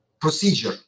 procedure